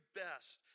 best